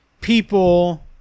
People